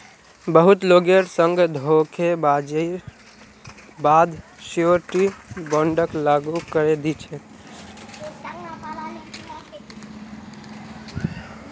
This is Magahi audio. बहुत लोगेर संग धोखेबाजीर बा द श्योरटी बोंडक लागू करे दी छेक